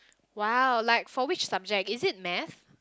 !wow! like for which subject is it math